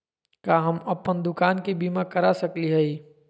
का हम अप्पन दुकान के बीमा करा सकली हई?